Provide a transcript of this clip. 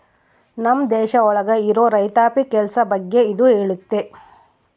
ನಮ್ ದೇಶ ಒಳಗ ಇರೋ ರೈತಾಪಿ ಕೆಲ್ಸ ಬಗ್ಗೆ ಇದು ಹೇಳುತ್ತೆ